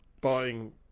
buying